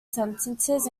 sentences